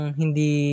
hindi